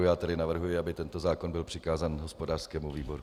Já navrhuji, aby tento zákon byl přikázán hospodářskému výboru.